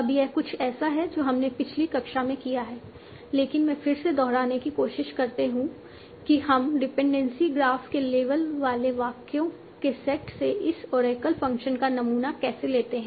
अब यह कुछ ऐसा है जो हमने पिछली कक्षा में किया है लेकिन मैं फिर से दोहराने की कोशिश करते हूँ कि हम डिपेंडेंसी ग्राफ के लेबल वाले वाक्यों के सेट से इस ओरेकल फ़ंक्शन का नमूना कैसे लेते हैं